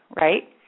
right